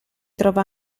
trova